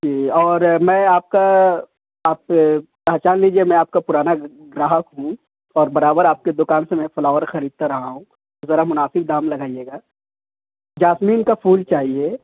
جی اور میں آپ کا آپ پہچان لیجیے میں آپ کا پرانا گراہک ہوں اور برابر آپ کی دکان سے میں فلاور خریدتا رہا ہوں تو ذرا مناسب دام لگائیے گا جاسمین کا پھول چاہیے